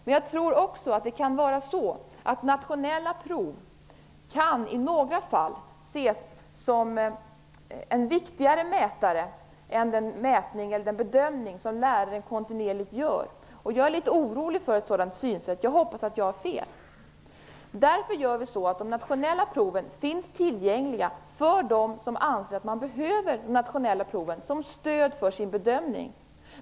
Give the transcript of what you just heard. Men jag tror också att nationella prov i några fall kan ses som en viktigare mätare än den bedömning som läraren kontinuerligt gör. Jag är litet orolig för ett sådant synsätt. Jag hoppas att jag har fel. Därför gör vi så att de nationella proven finns tillgängliga för dem som anser att de behöver de nationella proven som stöd för sin bedömning.